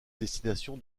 destination